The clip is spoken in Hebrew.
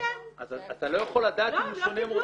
אז אתה לא יכול לדעת אם הם -- קיבלתם?